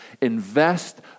Invest